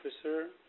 Officer